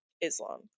Islam